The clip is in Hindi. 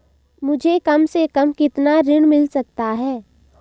मुझे कम से कम कितना ऋण मिल सकता है?